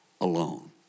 alone